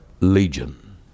legion